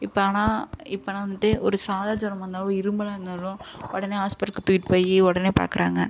இப்போ ஆனால் இப்போன்னா வந்துட்டு ஒரு சாதா ஜுரமா இருந்தாலும் இருமலாக இருந்தாலும் உடனே ஹாஸ்பிட்டலுக்கு தூக்கிட்டு போய் உடனே பார்க்குறாங்க